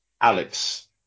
Alex